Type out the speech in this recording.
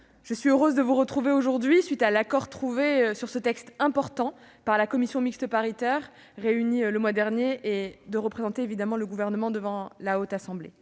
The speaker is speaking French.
je suis heureuse de vous retrouver à la suite de l'accord trouvé sur ce texte important par la commission mixte paritaire réunie le mois dernier et de représenter le Gouvernement devant la Haute-Assemblée.